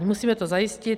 Musíme to zajistit.